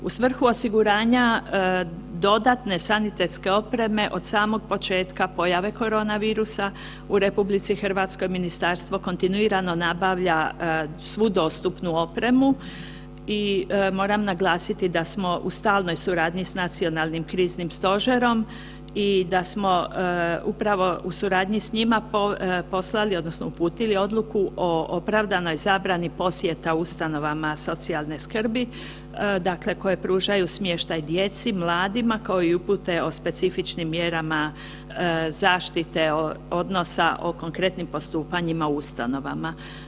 U svrhu osiguranja dodatne sanitetske opreme od samog početka pojave korona virusa u RH, ministarstvo kontinuirano nabavlja svu dostupnu opremu i moram naglasiti da smo u stalnoj suradnji s nacionalnim kriznim stožerom i da smo upravo u suradnji s njima poslali odnosno uputili odluku o opravdanoj zabrani posjeta ustanovama socijalne skrbi dakle koje pružaju smještaj djeci, mladima kao i upute o specifičnim mjerama zaštite odnosa o konkretnim postupanjima u ustanovama.